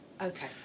Okay